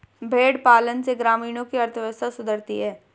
भेंड़ पालन से ग्रामीणों की अर्थव्यवस्था सुधरती है